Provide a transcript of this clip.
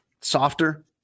softer